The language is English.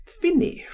finish